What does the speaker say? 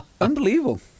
Unbelievable